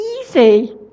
easy